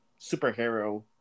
superhero